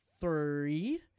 three